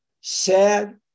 sad